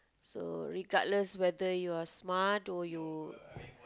so regardless whether you are smart or you